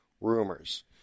rumors